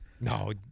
No